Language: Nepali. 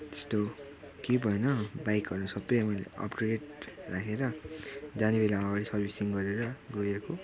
त्यस्तो केही भएन बाइकहरू सबै मैले अपटुडेट राखेर जाने बेलामा अगाडि सर्विसिङ गरेर गएको